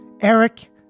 Eric